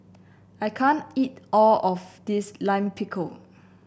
I can't eat all of this Lime Pickle